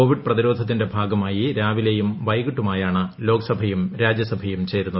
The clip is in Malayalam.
കോവിഡ് പ്രതിരോധത്തിന്റെ ഭാഗമായി രാവിലെയും വൈകിട്ടുമായാണ് ലോക് സഭയും രാജ്യസഭയും ചേരുന്നത്